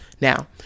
Now